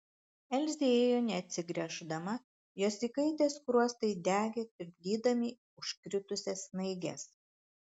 elzė ėjo neatsigręždama jos įkaitę skruostai degė tirpdydami užkritusias snaiges